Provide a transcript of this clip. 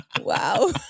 Wow